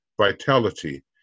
vitality